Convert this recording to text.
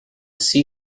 see